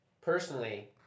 personally